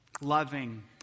loving